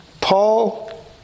Paul